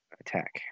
attack